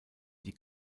die